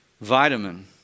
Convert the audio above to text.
vitamin